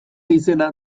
izena